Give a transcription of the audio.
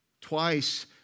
twice